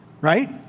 right